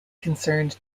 concerned